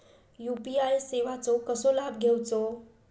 UPI सेवाचो कसो लाभ घेवचो?